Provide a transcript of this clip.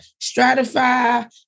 stratify